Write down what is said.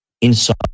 inside